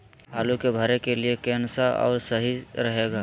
आलू के भरे के लिए केन सा और सही रहेगा?